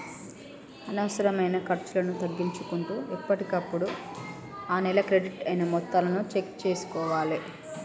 అనవసరమైన ఖర్చులను తగ్గించుకుంటూ ఎప్పటికప్పుడు ఆ నెల క్రెడిట్ అయిన మొత్తాలను చెక్ చేసుకోవాలే